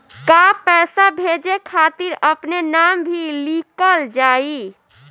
का पैसा भेजे खातिर अपने नाम भी लिकल जाइ?